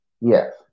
Yes